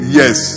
yes